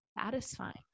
satisfying